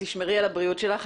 תשמרי על הבריאות שלך.